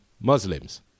Muslims